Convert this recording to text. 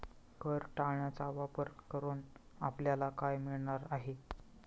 कर टाळण्याचा वापर करून आपल्याला काय मिळणार आहे?